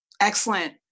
excellent